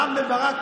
רם בן ברק,